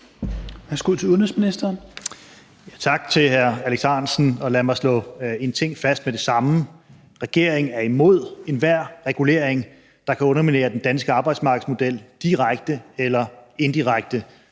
Tak til hr. Alex Ahrendtsen. Lad mig slå en ting fast med det samme: Regeringen er imod enhver regulering, der kan underminere den danske arbejdsmarkedsmodel direkte eller indirekte.